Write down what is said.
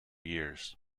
years